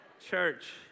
church